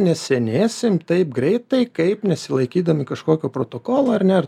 nesenėsim taip greitai kaip nesilaikydami kažkokio protokolo ar ne